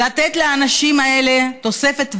לתת לאנשים האלה תוספת ותק,